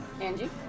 Angie